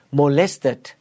molested